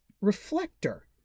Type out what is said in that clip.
reflector